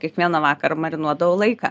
kiekvieną vakarą marinuodavau laiką